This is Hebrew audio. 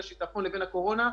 בין השיטפון לבין הקורונה,